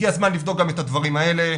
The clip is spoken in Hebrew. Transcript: הגיע הזמן לבדוק גם את הדברים האלה.